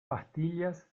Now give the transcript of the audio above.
pastillas